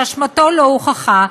שאשמתו לא הוכחה,